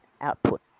output